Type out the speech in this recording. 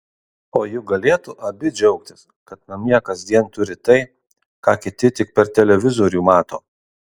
o juk galėtų abi džiaugtis kad namie kasdien turi tai ką kiti tik per televizorių mato